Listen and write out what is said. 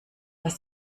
was